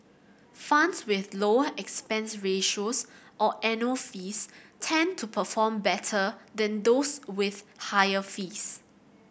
funds with lower expense ratios or annual fees tend to perform better than those with higher fees